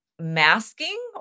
masking